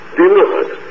delivered